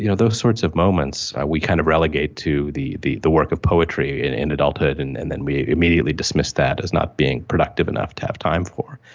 you know those sorts of moments we kind of relegate to the the work of poetry in and adulthood and and then we immediately dismiss that as not being productive enough to have time for.